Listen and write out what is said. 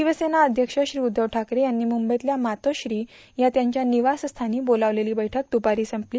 शिवसेना अध्यक्ष श्री उद्धव ठाकरे यांनी म्रंबईतल्या मातोश्री या त्यांच्या निवासस्थानी बोलावलेली बैठक द्रपारी संपली